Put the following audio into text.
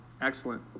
Excellent